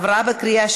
נתקבל.